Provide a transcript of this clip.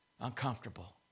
Uncomfortable